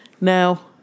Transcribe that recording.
Now